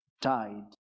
died